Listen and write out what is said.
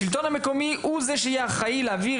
השלטון המקומי הוא זה שיהיה אחראי להעביר